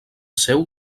seu